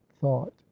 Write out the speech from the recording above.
thought